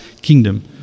kingdom